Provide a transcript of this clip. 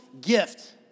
gift